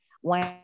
One